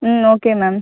ம் okay ma'am